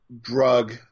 drug